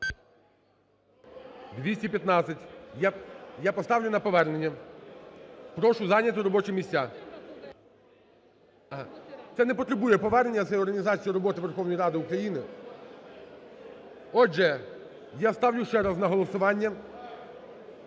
За-215 Я поставлю на повернення. Прошу зайняти робочі місця. Це не потребує повернення, бо це є організація роботи Верховної Ради України. Отже, я ставлю ще раз на голосування